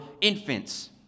infants